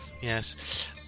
Yes